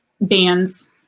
bands